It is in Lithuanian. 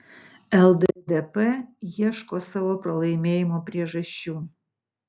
lddp ieško savo pralaimėjimo priežasčių